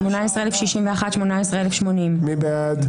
17,701 עד 17,720. מי בעד?